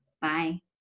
Bye